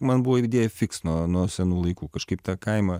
man buvo idėja fiks nuo nuo senų laikų kažkaip tą kaimą